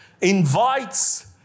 invites